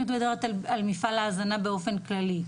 את מדברת על מפעל ההזנה באופן כללי?